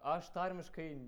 aš tarmiškai